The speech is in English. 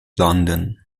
london